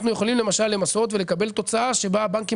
אנחנו יכולים למשל למסות ולקבל תוצאה שבה הבנקים